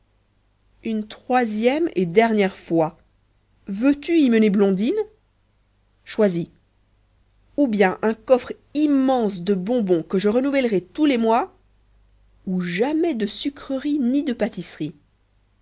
une troisième et dernière fois veux-tu y mener blondine choisis ou bien un coffre immense de bonbons que je renouvellerai tous les mois ou jamais de sucreries ni de pâtisseries